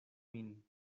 min